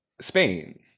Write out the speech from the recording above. spain